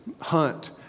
hunt